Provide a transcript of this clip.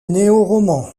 néoroman